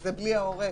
-- זה בלי ההורה,